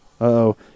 Uh-oh